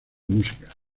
música